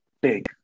big